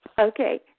Okay